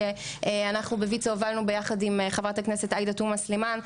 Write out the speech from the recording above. שאנחנו בוויצ"ו הובלנו יחד עם ח"כ עאידה תומא סולימאן,